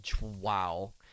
Wow